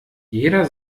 jeder